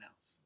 else